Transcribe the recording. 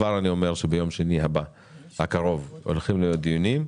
כבר אני אומר שביום שני הקרוב יתקיימו דיונים.